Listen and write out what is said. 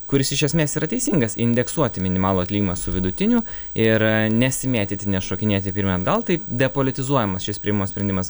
kuris iš esmės yra teisingas indeksuoti minimalų atlyginimą su vidutiniu ir nesimėtyti nešokinėti pirmyn atgal taip depolitizuojamas šis primas sprendimas